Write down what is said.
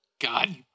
God